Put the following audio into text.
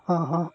ହଁ ହଁ